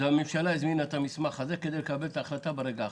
הממשלה הזמינה את המסמך הזה כדי לקבל את ההחלטה ברגע האחרון.